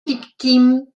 victimes